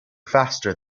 faster